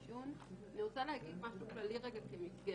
אני רוצה להגיד משהו כללי כמסגרת.